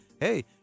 hey